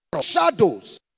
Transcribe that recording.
shadows